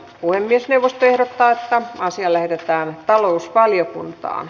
puhemiesneuvosto ehdottaa että asia lähetetään talousvaliokuntaan